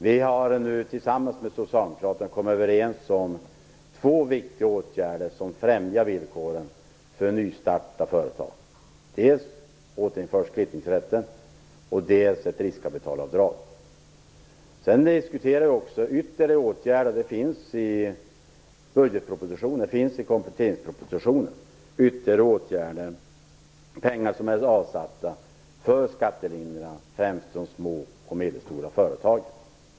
Vi har nu tillsammans med Socialdemokraterna kommit överens om två viktiga åtgärder som främjar villkoren för att nystarta företag. Dels återinförs kvittningsrätten, dels får vi ett riskkapitalavdrag. Sedan diskuterar vi också ytterligare åtgärder. Det finns i budgetpropositionen och kompletteringspropositionen ytterligare åtgärder, pengar som är avsatta för skattelindringar för främst små och medelstora företag.